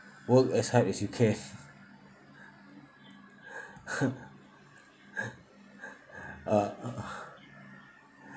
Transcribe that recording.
work as hard as you can uh